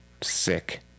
sick